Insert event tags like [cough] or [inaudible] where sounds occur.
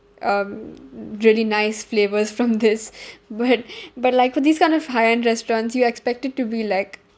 um really nice flavours from this [breath] but [breath] but like with this kind of high end restaurants you expect it to be like